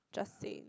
just saying